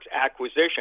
acquisition